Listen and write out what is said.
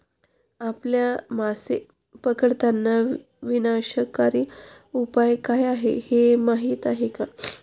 आपल्या मासे पकडताना विनाशकारी उपाय काय आहेत हे माहीत आहे का?